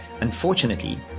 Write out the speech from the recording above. Unfortunately